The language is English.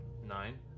Nine